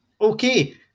Okay